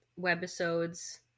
webisodes